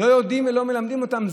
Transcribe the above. לא יודעים ולא מלמדים אותם.